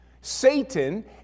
Satan